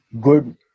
good